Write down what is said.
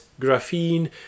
graphene